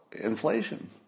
inflation